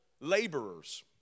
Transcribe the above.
laborers